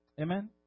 Amen